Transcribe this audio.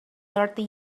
thirty